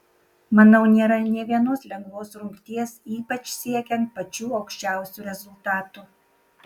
manau nėra nė vienos lengvos rungties ypač siekiant pačių aukščiausių rezultatų